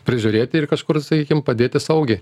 prižiūrėti ir kažkur sakykim padėti saugiai